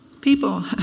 People